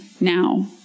now